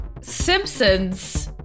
Simpsons